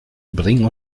bringen